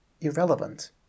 irrelevant